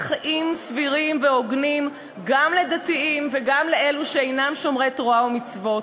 חיים סבירים והוגנים גם לדתיים וגם לאלו שאינם שומרי תורה ומצוות.